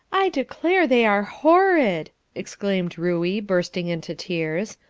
i declare they are horrid! exclaimed ruey, bursting into tears.